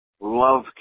Love